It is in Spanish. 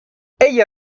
ella